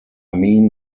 mean